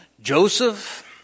Joseph